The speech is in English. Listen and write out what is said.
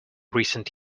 recent